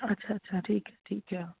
ਅੱਛਾ ਅੱਛਾ ਠੀਕ ਹੈ ਠੀਕ ਹੈ